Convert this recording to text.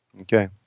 Okay